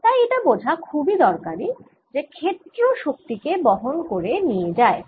তাই এটা বোঝা খুবই জরুরি যে ক্ষেত্র শক্তি কে বহন করে নিয়ে যায়